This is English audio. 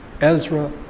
Ezra